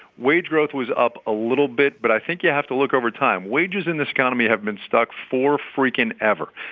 wage growth was up a little bit. but i think you have to look over time wages in this economy have been stuck for-freaking-ever.